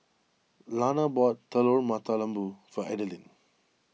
Lana bought Telur Mata Lembu for Adalyn